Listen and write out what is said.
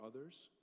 others